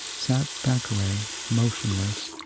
sat thackeray, motionless,